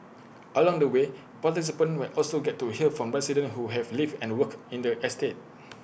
along the way participants will also get to hear from residents who have lived and worked in the estate